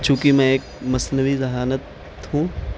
چونکہ میں ایک مصنوعی ذہانت ہوں